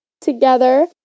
together